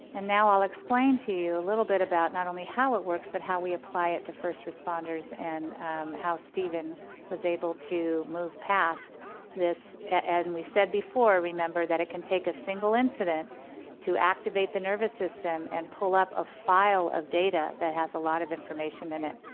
and now i'll explain to you a little bit about not only how it works, but how we apply it to first responders and how steven was able to move past this and we said before, remember that it can take a single incident to activate the nervous system and pull up a file of data that has a lot of information in it.